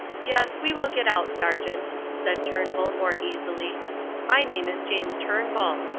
yes, we will get out, sergeant, said turnbull, more easily my name is james turnbull.